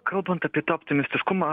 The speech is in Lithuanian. kalbant apie tą optimistiškumą